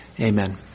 amen